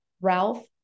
Ralph